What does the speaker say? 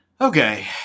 Okay